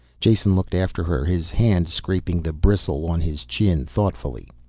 jason looked after her, his hand scraping the bristle on his chin thoughtfully.